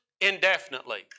indefinitely